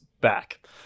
back